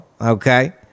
Okay